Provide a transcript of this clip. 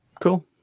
Cool